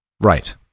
Right